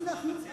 מה אתה מציע?